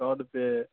سو روپے